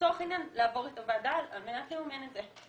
לצורך העניין לעבור את הוועדה על מנת לממן את זה.